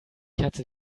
katze